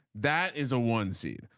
that is a one seed.